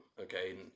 Okay